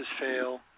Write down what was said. fail